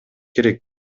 керек